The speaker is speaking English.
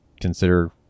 consider